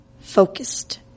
focused